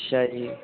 ਅੱਛਾ ਜੀ